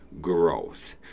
growth